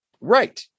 right